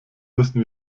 müssen